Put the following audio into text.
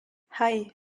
hei